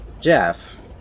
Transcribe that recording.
Jeff